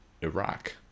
Iraq